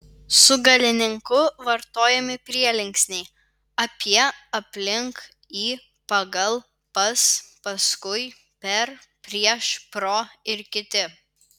su galininku vartojami prielinksniai apie aplink į pagal pas paskui per prieš pro ir kiti